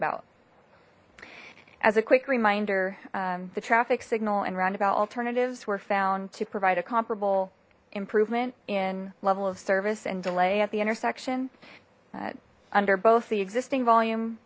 about as a quick reminder the traffic signal and roundabout alternatives were found to provide a comparable improvement in level of service and delay at the intersection under both the existing volume